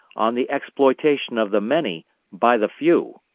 on the exploitation of the many by the few.